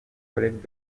collègues